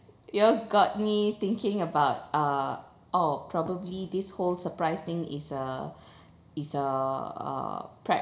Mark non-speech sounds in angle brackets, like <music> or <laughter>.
you all got me thinking about uh oh probably this whole surprise thing is uh <breath> is uh uh prank